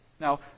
Now